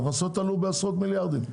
ההכנסות עלו בעשרות מיליארדים.